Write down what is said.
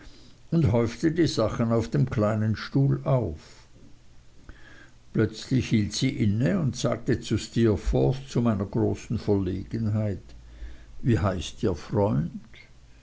und häufte die sachen auf dem kleinen stuhl auf plötzlich hielt sie inne und sagte zu steerforth zu meiner großen verlegenheit wie heißt ihr freund